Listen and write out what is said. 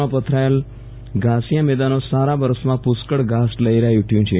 માં પથરાયેલ ઘાસિયા મેદાનો સારા વરસમાં પુષ્કળ ઘાસ લહેરાઇ ઊઠયું છે